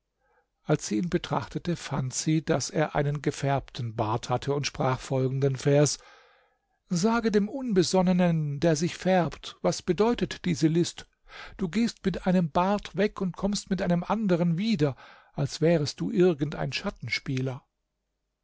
als sie ihn betrachtete fand sie daß er einen gefärbten bart hatte und sprach folgenden vers sage dem unbesonnenen der sich färbt was bedeutet diese list du gehst mit einem bart weg und kommst mit einem anderen wieder als wärest du irgend ein schattenspieler